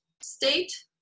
state